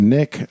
Nick